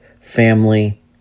family